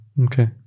Okay